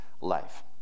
life